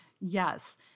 Yes